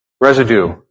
residue